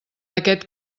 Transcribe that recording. aquest